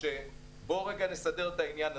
בוא רגע נסדר את העניין הזה.